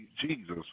Jesus